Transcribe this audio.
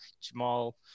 Jamal